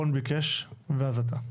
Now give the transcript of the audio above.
רון ביקש ואז אתה.